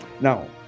Now